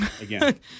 again